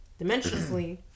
Dimensionally